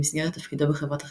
במסגרת תפקידו בחברת החשמל,